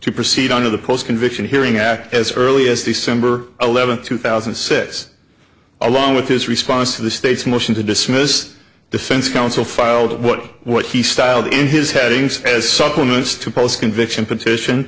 to proceed on to the post conviction hearing act as early as the summer eleventh two thousand says along with his response to the state's motion to dismiss defense counsel filed what he styled in his headings as supplements to post conviction petition